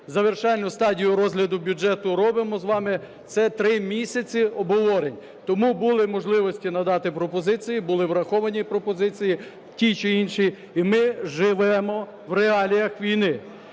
завершальну стадію розгляду бюджету робимо з вами, це три місяці обговорень, тому були можливості надати пропозиції, були враховані пропозиції ті чи інші. І ми живемо в реаліях війни.